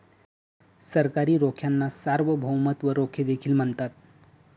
सरकारी रोख्यांना सार्वभौमत्व रोखे देखील म्हणतात